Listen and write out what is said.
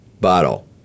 bottle